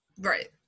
right